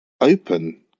open